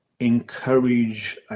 encourage